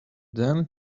then